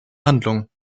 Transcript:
handlung